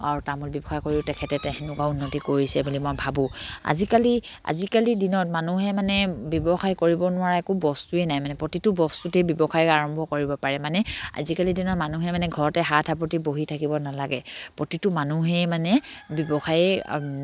আৰু তামোল ব্যৱসায় কৰিও তেখেতে তে তেনেকুৱা উন্নতি কৰিছে বুলি মই ভাবোঁ আজিকালি আজিকালি দিনত মানুহে মানে ব্যৱসায় কৰিব নোৱাৰা একো বস্তুৱেই নাই মানে প্ৰতিটো বস্তুতেই ব্যৱসায় আৰম্ভ কৰিব পাৰে মানে আজিকালি দিনৰ মানুহে মানে ঘৰতে হাত সাবতি বহি থাকিব নালাগে প্ৰতিটো মানুহেই মানে ব্যৱসায়